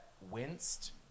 Winced